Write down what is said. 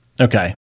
Okay